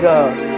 God